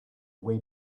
way